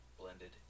blended